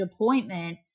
appointment